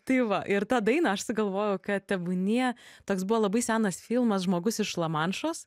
tai va ir tą dainą aš sugalvojau kad tebūnie toks buvo labai senas filmas žmogus iš lamanšos